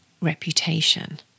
reputation